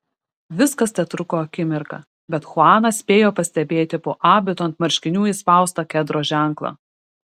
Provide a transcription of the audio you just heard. viskas tetruko akimirką bet chuanas spėjo pastebėti po abitu ant marškinių įspaustą kedro ženklą